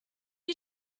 you